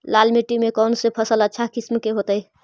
लाल मिट्टी में कौन से फसल अच्छा किस्म के होतै?